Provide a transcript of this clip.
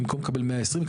במקום לקבל 120 מ"ר,